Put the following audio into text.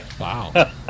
Wow